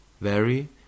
vary